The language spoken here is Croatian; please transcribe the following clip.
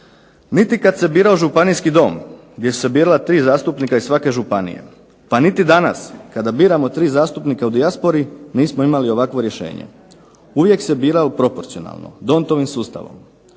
Niti kad se birao Županijski dom gdje su se birala tri zastupnika iz svake županije pa niti danas kada biramo tri zastupnika u dijaspori nismo imali ovakvo rješenje. Uvijek se biralo proporcionalno, Dontovim sustavom.